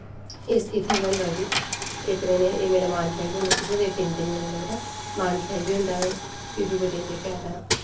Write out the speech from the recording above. इस इत्थें केह् होंदा कि इक दिन एह् मेला मानतलाई बी होंदा सुद्धमहादेव तिन्न दिन मेला लगदा मानतलाई बी होंदा ए फ्ही दूए दिन जेह्का है तां